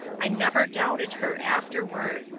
i never doubted her afterward.